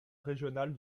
régional